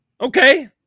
okay